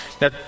Now